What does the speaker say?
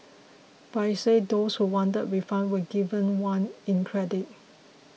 but he said those who wanted a refund were given one in credit